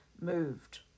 moved